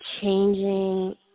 changing